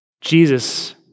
Jesus